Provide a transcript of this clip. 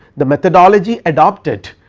the methodology adopted